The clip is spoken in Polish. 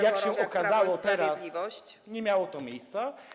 Jak się okazało teraz, nie miało to miejsca.